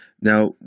Now